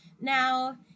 Now